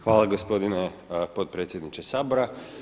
Hvala gospodine potpredsjedniče Sabora.